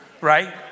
right